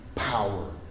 Power